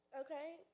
Okay